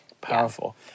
powerful